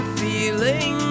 feeling